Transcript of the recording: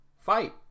fight